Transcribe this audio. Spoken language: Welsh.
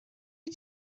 wyt